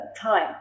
time